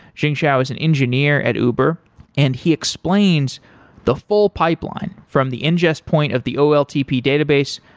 zhenxiao is an engineer at uber and he explains the full pipeline from the ingest point of the oltp database,